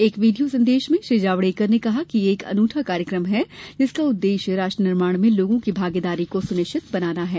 एक वीडियो संदेश में श्री जावड़ेकर ने कहा कि यह एक अनूठा कार्यक्रम है जिसका उद्देश्य राष्ट्र निर्माण में लोगों की भागीदारी को सुनिश्चित बनाना है